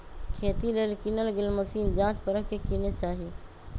खेती लेल किनल गेल मशीन जाच परख के किने चाहि